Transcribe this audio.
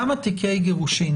כמה תיקי גירושין